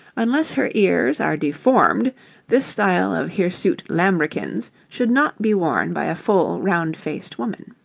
unless her ears are deformed this style of hirsute lambrequins should not be worn by a full, round-faced woman.